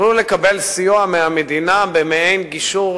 יוכלו לקבל סיוע מהמדינה במעין גישור,